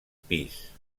pis